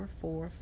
four